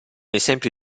esempio